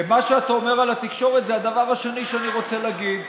ומה שאתה אומר על התקשורת זה הדבר השני שאני רוצה להגיד.